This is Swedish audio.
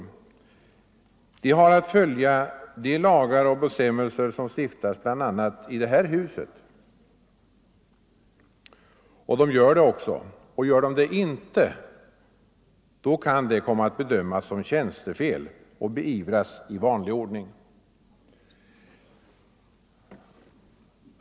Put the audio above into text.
Poliserna har att följa de lagar och bestämmelser som stiftas bl.a. i det här huset, och de gör det också. Gör de det inte kan det komma att bedömas som tjänstefel och beivras i vanlig ordning.